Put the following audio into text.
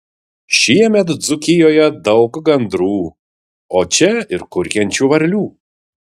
šiemet dzūkijoje daug gandrų o čia ir kurkiančių varlių